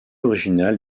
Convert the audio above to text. originale